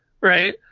right